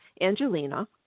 angelina